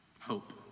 Hope